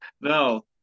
No